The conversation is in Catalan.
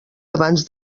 abans